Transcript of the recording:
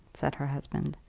said her husband,